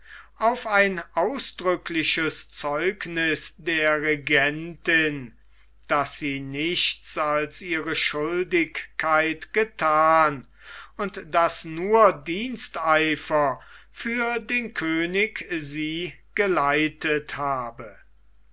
auf ein ausdrückliches zeugniß der regentin daß sie nichts als ihre schuldigkeit gethan und daß nur diensteifer für den könig sie geleitet habe